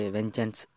Vengeance